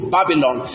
Babylon